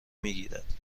میگیرد